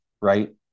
right